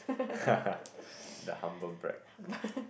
the humble brag